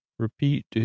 Repeat